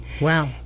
Wow